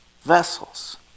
vessels